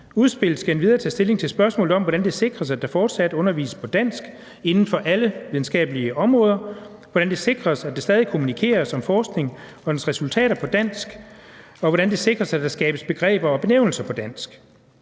Udspillet skal endvidere tage stilling til spørgsmålet om, hvordan det sikres, at der fortsat undervises på dansk inden for alle videnskabelige områder, hvordan det sikres, at der stadig kommunikeres om forskningen og dens resultater på dansk, og hvordan det sikres, at der skabes begreber og benævnelser på dansk.